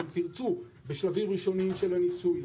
ואתם תרצו בשלבים ראשונים של הניסוי,